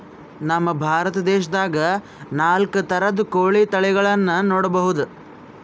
ನಮ್ ಭಾರತ ದೇಶದಾಗ್ ನಾಲ್ಕ್ ಥರದ್ ಕೋಳಿ ತಳಿಗಳನ್ನ ನೋಡಬಹುದ್